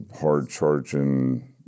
hard-charging